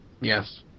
Yes